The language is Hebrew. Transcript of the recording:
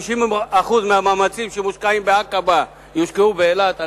50% מהמאמצים שמושקעים בעקבה יושקעו באילת,